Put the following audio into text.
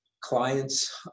clients